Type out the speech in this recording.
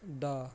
ਦਾ